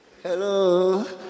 Hello